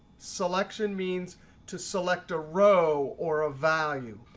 selection means to select a row or a value.